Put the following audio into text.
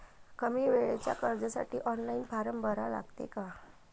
कमी वेळेच्या कर्जासाठी ऑनलाईन फारम भरा लागते का?